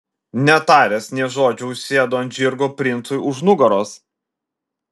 netaręs nė žodžio užsėdo ant žirgo princui už nugaros